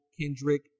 Kendrick